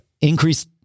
increase